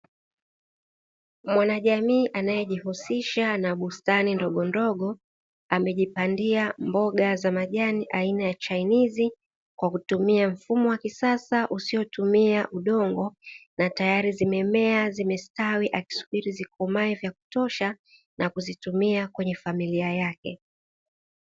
Mwanajamii anaejihusisha na bustani ndogondogo, amejipandia mboga za majani aina ya chainizi kwa kutumia mfumo wa kisasa usiofumia udongo; na tayari zimemea, zimestawi akisubiri zikomae vya kutosha na kuzitumia kwenye familia yake.